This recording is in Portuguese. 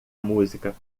música